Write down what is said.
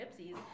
gypsies